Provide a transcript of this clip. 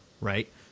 right